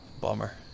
Bummer